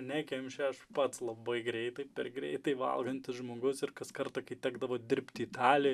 nekemši aš pats labai greitai per greitai valgantis žmogus ir kas kartą kai tekdavo dirbti italijoj